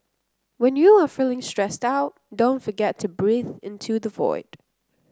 when you are feeling stressed out don't forget to breathe into the void